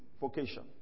vocation